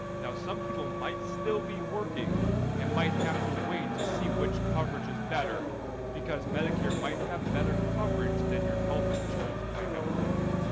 now some people might still be working and might have to wait to see which coverage is better. because medicare might have better coverage than your health insurance plan at work.